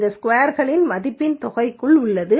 இது ஸ்கொயர்களின் மதிப்பின் தொகைக்குள் உள்ளது